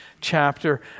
chapter